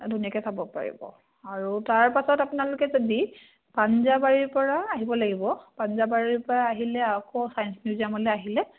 ধুনীয়াকৈ চাব পাৰিব আৰু তাৰপাছত আপোনালোকে যদি পাঞ্জাবাৰীৰ পৰা আহিব লাগিব পাঞ্জাবাৰীৰ পৰা আহিলে আকৌ চায়েঞ্চ মিউজিয়ামলৈ আহিলে